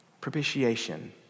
propitiation